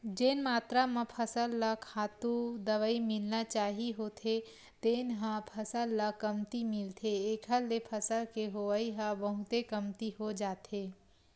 जेन मातरा म फसल ल खातू, दवई मिलना चाही होथे तेन ह फसल ल कमती मिलथे एखर ले फसल के होवई ह बहुते कमती हो जाथे